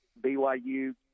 BYU